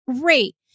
great